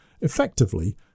effectively